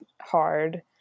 hard